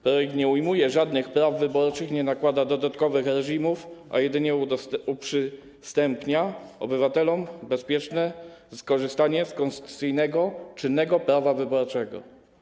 Projekt nie ujmuje żadnych praw wyborczych, nie nakłada dodatkowych reżimów, a jedynie uprzystępnia obywatelom bezpieczne skorzystanie z konstytucyjnego czynnego prawa wyborczego.